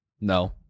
No